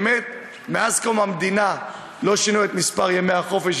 מאז קום המדינה לא שינו את מספר ימי החופשה,